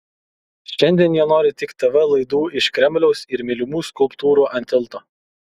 šiandien jie nori tik tv laidų iš kremliaus ir mylimų skulptūrų ant tilto